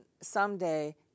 someday